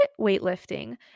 weightlifting